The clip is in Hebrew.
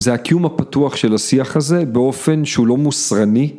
זה הקיום הפתוח של השיח הזה באופן שהוא לא מוסרני.